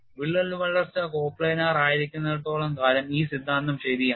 വിള്ളൽ വളർച്ച കോപ്ലാനാർ ആയിരിക്കുന്നിടത്തോളം കാലം ഈ സിദ്ധാന്തം ശരിയാണ്